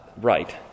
right